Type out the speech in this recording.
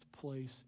place